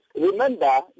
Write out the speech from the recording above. Remember